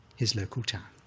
his local town.